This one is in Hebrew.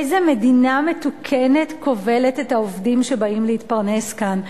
איזה מדינה מתוקנת כובלת את העובדים שבאים להתפרנס כאן?